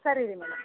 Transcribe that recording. ಸರಿ ರೀ ಮೇಡಮ್